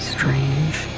Strange